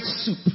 soup